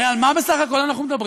הרי על מה בסך הכול אנחנו מדברים?